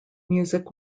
music